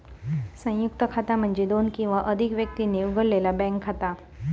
संयुक्त खाता म्हणजे दोन किंवा अधिक व्यक्तींनी उघडलेला बँक खाता